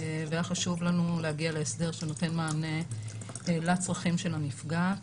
והיה חשוב לנו להגיע להסדר שנותן מענה לצרכים של הנפגעת,